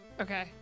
Okay